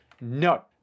no